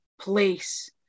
place